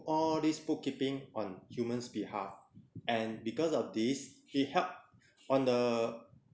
all of this bookkeeping on humans behalf and because of this he help on the